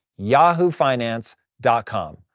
yahoofinance.com